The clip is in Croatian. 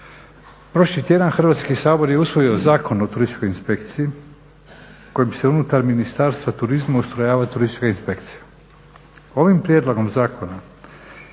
Prošli tjedan Hrvatski sabor je usvojio Zakon o turističkoj inspekciji kojim bi se unutar Ministarstva turizma ustrojavale turističke inspekcije. Ovim prijedlogom zakona